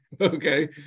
okay